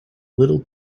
little